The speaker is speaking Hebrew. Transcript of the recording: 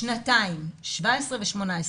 בשנתיים 2017 ו-2018,